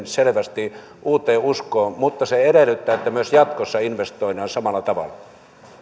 selvästi uuteen uskoon mutta se edellyttää että myös jatkossa investoidaan samalla tavalla